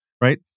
right